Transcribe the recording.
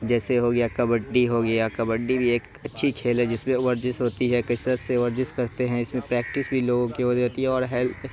جیسے ہو گیا کبڈی ہو گیا کبڈی بھی ایک اچھی کھیل ہے جس ورزش ہوتی ہے کثرت سے ورزش کرتے ہیں اس میں پریکٹس بھی لوگوں کی ہو جاتی ہے اور ہے